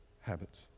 habits